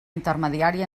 intermediari